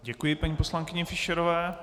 Děkuji paní poslankyni Fischerové.